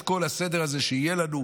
את כל הסדר הזה שיהיה לנו,